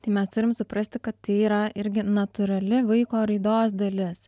tai mes turim suprasti kad tai yra irgi natūrali vaiko raidos dalis